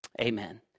Amen